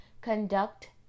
Conduct